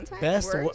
Best